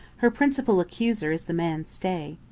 her principal accuser is the man stay.